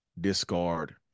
discard